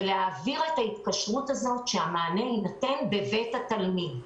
היינו חייבים שהמענה יינתן בבית התלמיד.